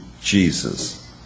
Jesus